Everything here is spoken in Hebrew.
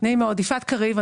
יפעת קריב,